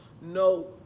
No